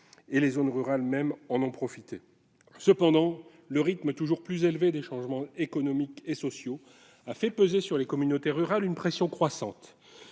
dont les zones rurales ont profité. Cependant, le rythme toujours plus élevé des changements économiques et sociaux a fait peser sur les communautés rurales une pression croissante.